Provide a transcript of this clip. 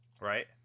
Right